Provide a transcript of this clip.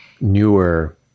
newer